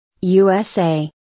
USA